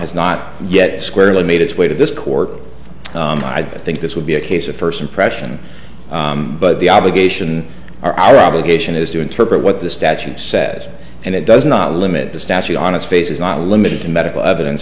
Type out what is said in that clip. has not yet squarely made its way to this court i think this would be a case of first impression but the obligation our obligation is to interpret what the statute says and it does not limit the statute on its face is not limited to medical evidence